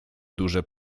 duże